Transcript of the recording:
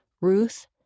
Ruth